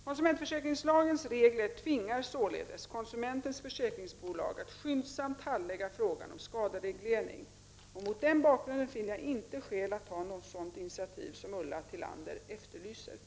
Konsumentförsäkringslagens regler tvingar således konsumentens försäkringsbolag att skyndsamt handlägga frågan om skadereglering. Mot den bakgrunden finner jag inte skäl att ta något sådant initiativ som Ulla Tillander efterlyser.